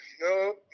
no